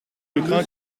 crains